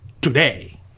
today